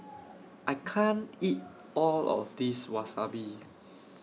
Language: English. I can't eat All of This Wasabi